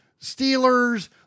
steelers